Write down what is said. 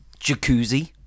jacuzzi